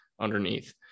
underneath